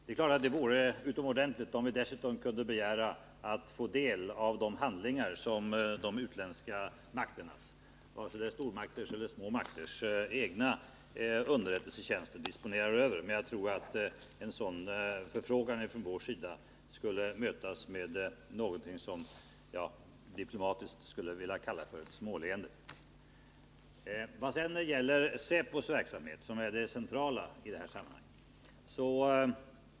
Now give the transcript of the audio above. Det vore utomordentligt bra om vi dessutom kunde begära att få ta del av de handlingar som de utländska makternas — antingen den är stor eller liten — egna underrättelsetjänster disponerar över. Men jag tror att en sådan förfrågan från vår sida skulle mötas med ett småleende. Säpos verksamhet är ju det centrala i detta sammanhang.